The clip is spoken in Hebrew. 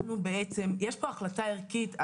יש פה החלטה ערכית.